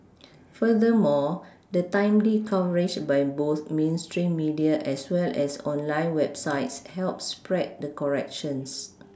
furthermore the timely coverage by both mainstream media as well as online websites help spread the corrections